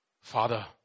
Father